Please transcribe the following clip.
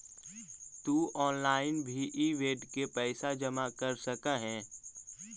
तु ऑनलाइन भी इ बेड के पइसा जमा कर सकऽ हे